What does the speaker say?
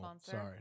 Sorry